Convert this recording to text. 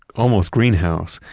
almost greenhouse,